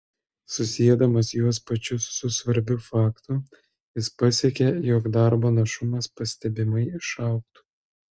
susiedamas juos pačius su svarbiu faktu jis pasiekė jog darbo našumas pastebimai išaugtų